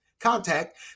contact